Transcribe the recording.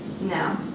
No